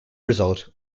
result